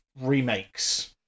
remakes